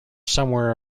somewhere